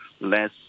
less